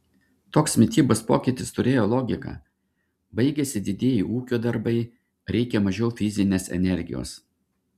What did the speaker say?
toks mitybos pokytis turėjo logiką baigėsi didieji ūkio darbai reikia mažiau fizinės energijos